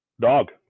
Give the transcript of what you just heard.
dog